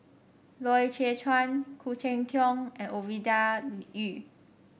Loy Chye Chuan Khoo Cheng Tiong and Ovidia Yu